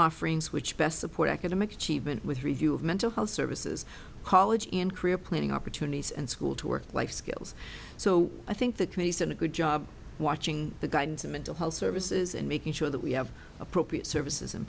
offerings which best support academic achievement with review of mental health services college and career planning opportunities and school to work life skills so i think that we set a good job watching the guidance of mental health services and making sure that we have appropriate services in